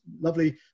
lovely